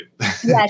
Yes